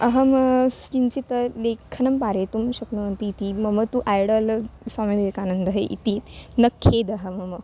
अहं किञ्चित् लेखनं पारयितुं शक्नुवन्ति इति मम तु ऐडल् स्वामी विवेकानन्दः इति न खेदः मम